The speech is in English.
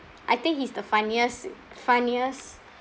I think he's the funniest funniest